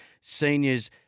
Seniors